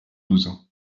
douze